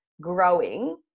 growing